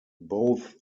both